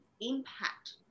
impact